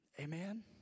amen